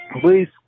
please